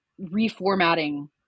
reformatting